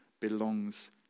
belongs